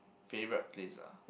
favourite place ah